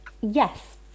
Yes